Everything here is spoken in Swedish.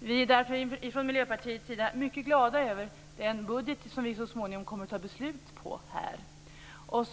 Vi från Miljöpartiet är därför mycket glada över den budget som vi så småningom kommer att fatta beslut om i riksdagen.